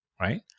right